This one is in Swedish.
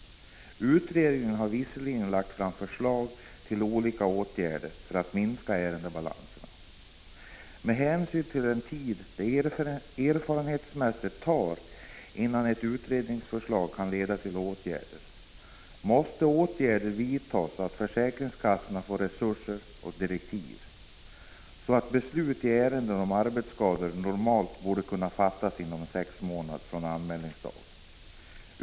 Utredningen har visserligen lagt fram förslag till olika åtgärder för att minska ärendebalansen. Men med hänsyn till den tid som det erfarenhetsmässigt tar innan ett utredningsförslag kan leda till förändringar måste åtgärder vidtas för att ge försäkringskassorna resurser och direktiv så att beslut i ärenden om arbetsskador normalt kan fattas inom sex månader från anmälningsdagen.